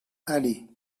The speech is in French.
allez